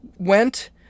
went